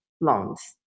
loans